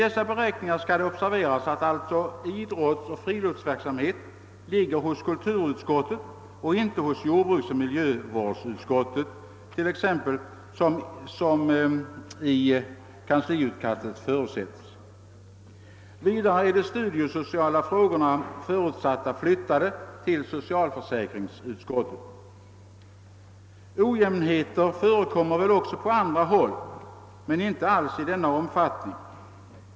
Det bör observeras att vid dessa beräkningar ärenden om idrottsoch friluftsverksamhet ligger hos kulturutskottet och inte hos jordbruksoch miljövårdsutskottet, såsom förutsatts t.ex i kansliutkastet. Vidare har de studiesociala frågorna förutsatts flyttade till socialförsäkringsutskottet. Ojämnheter förekommer väl också på andra håll, men inte alls i denna omfattning.